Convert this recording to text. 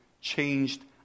changed